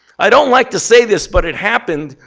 i don't like to say this, but it happened.